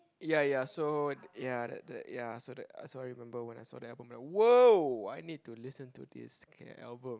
ya ya so ya the the ya so that I still remember when I saw their album [wah] I need to listen to this album